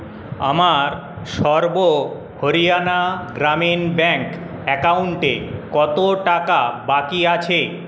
আমার সর্ব হরিয়ানা গ্রামীণ ব্যাংক অ্যাকাউন্টে কত টাকা বাকি আছে